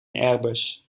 airbus